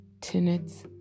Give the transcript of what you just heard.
tenets